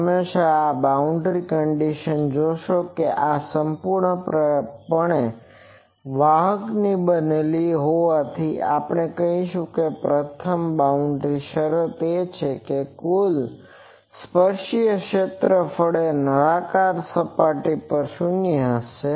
તમે હંમેશાં આ બાઉન્ડ્રી કંડીશન જોશો કે આ એક સંપૂર્ણ વાહકની બનેલી હોવાથી આપણે કહીશું કે પ્રથમ બાઉન્ડ્રી શરત એ છે કે કુલ સ્પર્શનીય ઇલેક્ટ્રિક ક્ષેત્ર નળાકાર સપાટી પર શૂન્ય હશે